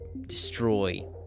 destroy